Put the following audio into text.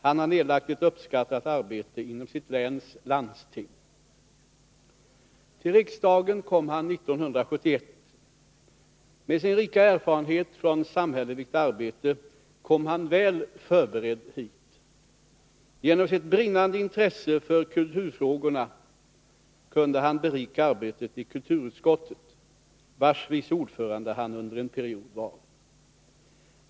Han har nedlagt ett uppskattat arbete inom sitt läns landsting. Till riksdagen kom Karl-Eric Norrby 1971. Med sin rika erfarenhet från samhälleligt arbete kom han väl förberedd hit. Genom sitt brinnande intresse för kulturfrågorna kunde han berika arbetet i kulturutskottet, vars vice ordförande han under en period var.